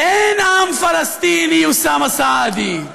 אין עם פלסטיני, אוסאמה סעדי.